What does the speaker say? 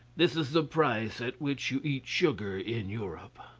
this is the price at which you eat sugar in europe.